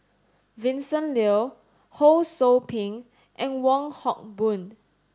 Vincent Leow Ho Sou Ping and Wong Hock Boon